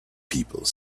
people